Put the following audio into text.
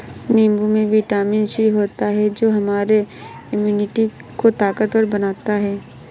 नींबू में vitamin C होता है जो हमारे इम्यूनिटी को ताकतवर बनाता है